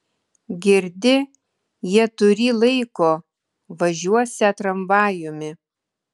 girdi jie turį laiko važiuosią tramvajumi